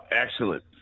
excellent